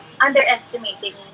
underestimating